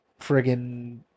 friggin